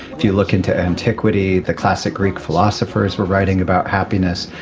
if you look into antiquity, the classic greek philosophers were writing about happiness.